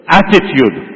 attitude